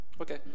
Okay